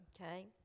okay